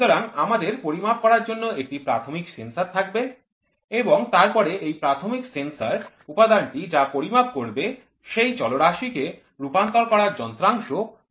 সুতরাং আমাদের পরিমাপ করার জন্য একটি প্রাথমিক সেন্সর থাকবে এবং তারপরে এই প্রাথমিক সেন্সর উপাদানটি যা পরিমাপ করবে সেই চলরাশিকে রূপান্তর করার যন্ত্রাংশ প্রেরণ করবে